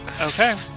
Okay